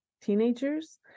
teenagers